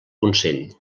consell